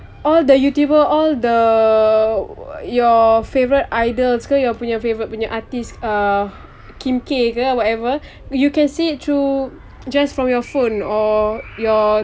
all the youtuber all the your favourite idols ke your punya favourite punya artist uh kim K ke whatever you can see through just from your phone or your